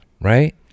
right